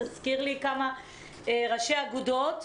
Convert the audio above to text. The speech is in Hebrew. תזכיר לי כמה ראשי אגודות,